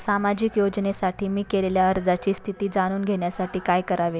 सामाजिक योजनेसाठी मी केलेल्या अर्जाची स्थिती जाणून घेण्यासाठी काय करावे?